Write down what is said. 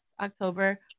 October